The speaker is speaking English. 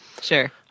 Sure